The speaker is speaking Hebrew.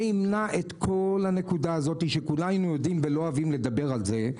זה ימנע את כל הנקודה הזאת שכולנו יודעים ולא אוהבים לדבר על זה,